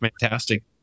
fantastic